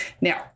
Now